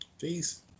Peace